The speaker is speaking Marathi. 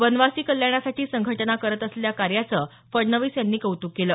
वनवासी कल्याणासाठी संघटना करत असलेल्या कार्याचं फडणवीस यांनी कौत्क केलं